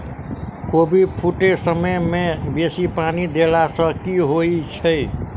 कोबी फूटै समय मे बेसी पानि देला सऽ की होइ छै?